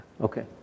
Okay